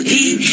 eat